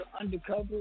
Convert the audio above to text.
undercover